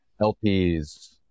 LPs